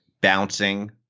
bouncing